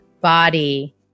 body